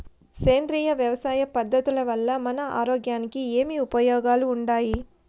సేంద్రియ వ్యవసాయం పద్ధతుల వల్ల మన ఆరోగ్యానికి ఏమి ఉపయోగాలు వుండాయి?